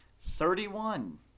Thirty-one